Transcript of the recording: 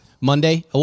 Monday